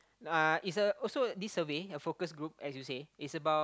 uh it's a also this survey a focused group as you say it's about